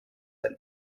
ein